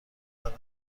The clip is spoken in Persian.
دارم